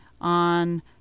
on